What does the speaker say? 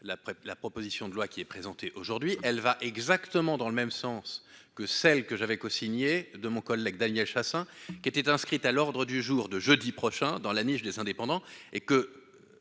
la proposition de loi qui est présenté aujourd'hui, elle va exactement dans le même sens que celle que j'avais co-signée de mon collègue Daniel Chassain, qui était inscrite à l'ordre du jour de jeudi prochain dans la niche des indépendants et que